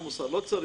לא צריך.